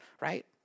right